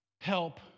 Help